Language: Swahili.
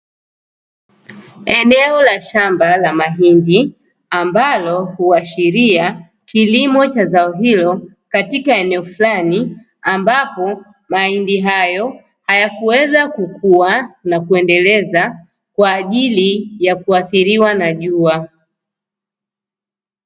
Eneo la shamba la mahindi, ambalo huashiria kilimo cha zao hilo katika eneo fulani ambapo mahindi hayo hayakuweza kukua na kuendeleza kwa ajili ya kuathiriwa na jua.